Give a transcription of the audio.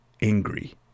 angry